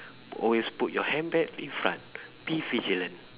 always put your handbag in front be vigilant